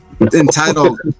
Entitled